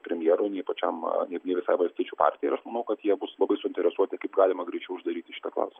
premjerui nei pačiam ir visai valstiečių partijai ir aš manau kad jie bus labai suinteresuoti kaip galima greičiau uždaryti šitą klausimą